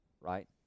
right